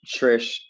trish